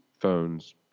phones